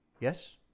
Yes